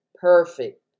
perfect